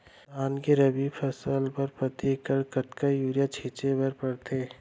धान के रबि फसल बर प्रति एकड़ कतका यूरिया छिंचे बर पड़थे?